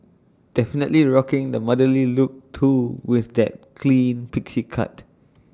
definitely rocking the motherly look too with that clean pixie cut